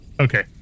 Okay